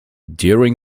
during